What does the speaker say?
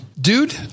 dude